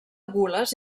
gules